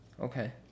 Okay